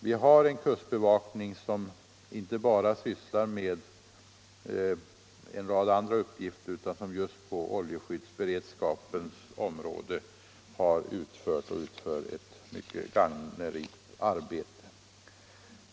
Vi har en kustbevakning som inte bara sysslar med en rad andra uppgifter som just på oljeskyddsberedskapens område har utfört och utför ett mycket gagnerikt arbete.